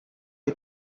and